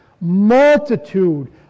Multitude